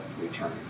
return